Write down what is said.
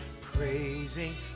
praising